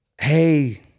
Hey